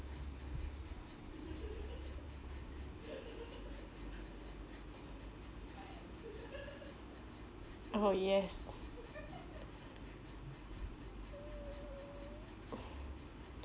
oh yes